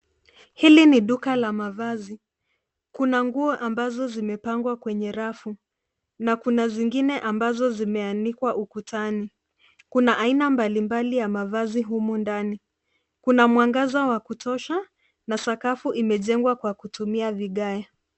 Hili ni duka la mavazi lenye mpangilio mzuri. Baadhi ya nguo zimepangwa kwenye rafu huku zingine zikiwa zimetundikwa ukutani. Mavazi ni ya aina mbalimbali, na eneo lote limejaa mwangaza wa kutosha. Sakafu imesakafiwa kwa vigaya.